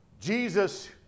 Jesus